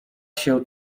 się